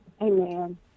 amen